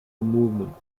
movement